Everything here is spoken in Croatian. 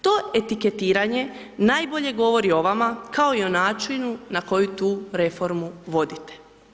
To etiketiranje najbolje govori o vama kao i o načinu na koji tu reformu vodite.